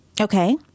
Okay